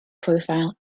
profile